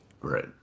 Right